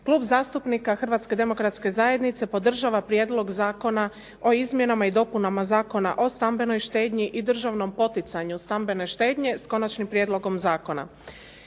Klub zastupnika Hrvatske demokratske zajednice podržava Prijedlog zakona o izmjenama i dopunama Zakona o stambenoj štednji i državnom poticanju stambene štednje s Konačnim prijedlogom zakona.